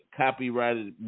copyrighted